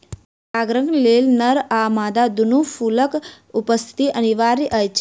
परागणक लेल नर आ मादा दूनू फूलक उपस्थिति अनिवार्य अछि